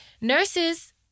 Nurses